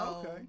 Okay